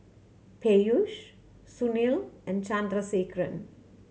Peyush Sunil and Chandrasekaran